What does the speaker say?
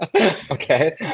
okay